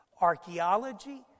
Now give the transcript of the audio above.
archaeology